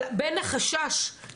כן, אבל החשש לחיים שלה.